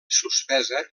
suspesa